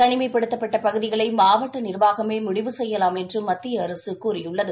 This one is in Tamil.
தனிமைப்படுத்தப்பட்டபகுதிகளைமாவட்டநிர்வாகமேமுடிவு செய்யலாம் என்றும் மத்திய அரசுகூறியுள்ளது